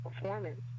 performance